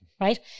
Right